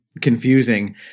confusing